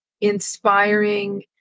Inspiring